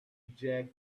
jerk